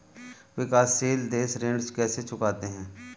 विकाशसील देश ऋण कैसे चुकाते हैं?